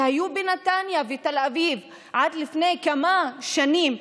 שהיו בנתניה ובתל אביב עד לפני כמה שנים,